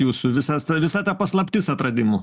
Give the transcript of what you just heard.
jūsų visas ta visa ta paslaptis atradimų